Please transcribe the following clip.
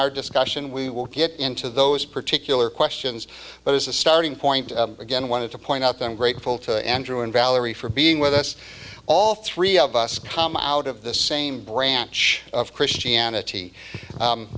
our discussion we will get into those particular questions but as a starting point again want to point out that i'm grateful to andrew and valerie for being with us all three of us come out of the same branch of christianity